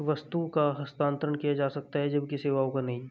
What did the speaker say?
वस्तु का हस्तांतरण किया जा सकता है जबकि सेवाओं का नहीं